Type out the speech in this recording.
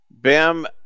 Bam